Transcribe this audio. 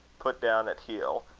put down at heel,